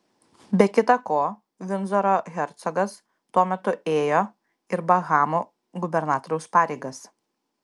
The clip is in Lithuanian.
be kita ko vindzoro hercogas tuo metu ėjo ir bahamų gubernatoriaus pareigas